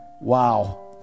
wow